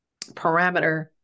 parameter